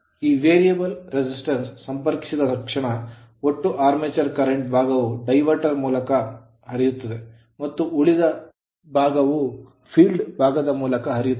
ಈ variable resistance variable ಪ್ರತಿರೋಧವನ್ನು ಸಂಪರ್ಕಿಸಿದ ತಕ್ಷಣ ಒಟ್ಟು armature current ಆರ್ಮೇಚರ್ ಕರೆಂಟ್ ಭಾಗವು diverter ಡೈವರ್ಟರ್ ಮೂಲಕ ಹರಿಯುತ್ತದೆ ಮತ್ತು ಉಳಿದವು field ಕ್ಷೇತ್ರದ ಮೂಲಕ ಹರಿಯುತ್ತವೆ